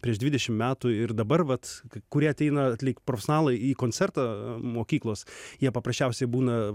prieš dvidešimt metų ir dabar vat kurie ateina lyg profesionalai į koncertą mokyklos jie paprasčiausiai būna